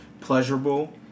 pleasurable